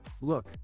Look